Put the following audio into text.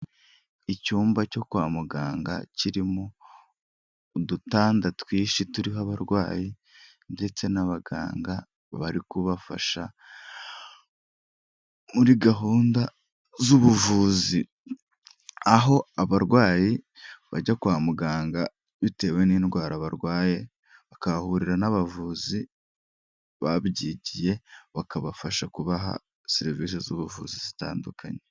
Icyumba cyo kwa muganga kiririmo udutanda twinshi turiho abarwayi ndetse n'abaganga bari kubafasha muri gahunda z'ubuvuzi, aho abarwayi bajya kwa muganga bitewe n'indwara barwaye bakahahurira n'abavuzi babyigiye bakabafasha kubaha serivisi z'ubuvuzi zitandukanye.